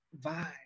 vibe